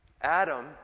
Adam